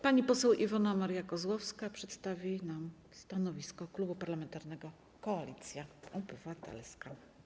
Pani poseł Iwona Maria Kozłowska przedstawi nam stanowisko Klubu Parlamentarnego Koalicja Obywatelska.